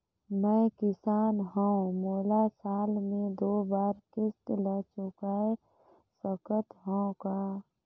मैं किसान हव मोला साल मे दो बार किस्त ल चुकाय सकत हव का?